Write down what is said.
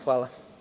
Hvala.